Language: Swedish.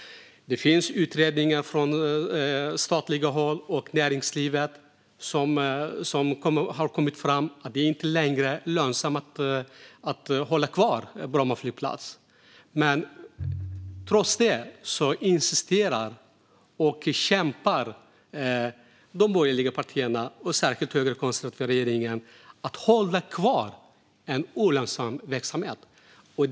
Det finns också utredningar från statligt håll och från näringslivet som har kommit fram till att det inte längre är lönsamt att ha kvar Bromma flygplats. Trots detta insisterar de borgerliga partierna, och särskilt den högerkonservativa regeringen, och kämpar för att behålla en olönsam verksamhet.